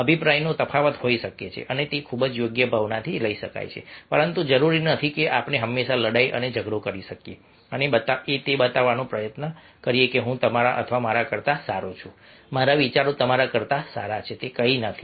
અભિપ્રાયનો તફાવત હોઈ શકે છે અને તે ખૂબ જ યોગ્ય ભાવનાથી લઈ શકાય છે પરંતુ જરૂરી નથી કે આપણે હંમેશા લડાઈ અને ઝઘડો કરી શકીએ અને બતાવવાનો પ્રયત્ન કરીએ કે હું તમારા અથવા મારા કરતા સારો છું મારા વિચારો તમારા કરતા સારા છે તે કંઈ નથી